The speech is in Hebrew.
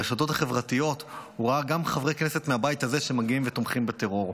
ברשתות החברתיות הוא ראה גם חברי כנסת מהבית הזה שמגיעים ותומכים בטרור,